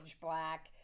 Black